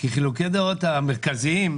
כי חילוקי הדעות המרכזיים,